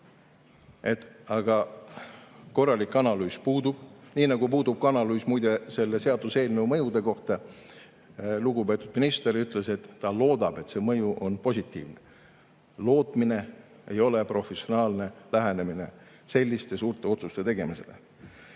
Aga korralik analüüs puudub, nii nagu puudub ka analüüs, muide, selle seaduseelnõu mõjude kohta. Lugupeetud minister ütles, et ta loodab, et see mõju on positiivne. Lootmine ei ole professionaalne lähenemine selliste suurte otsuste tegemisele.